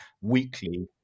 weekly